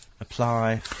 Apply